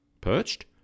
perched